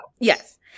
yes